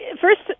first